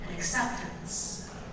acceptance